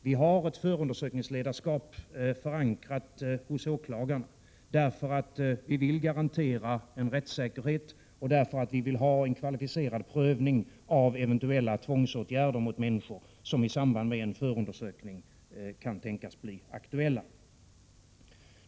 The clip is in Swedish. Vi har ett förundersökningsledarskap förankrat hos åklagaren därför att vi vill garantera en rättssäkerhet och därför att vi vill ha en kvalificerad prövning av sådana tvångsåtgärder mot människor som i samband med en förundersökning kan tänkas bli aktuella.